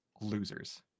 losers